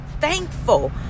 thankful